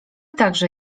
także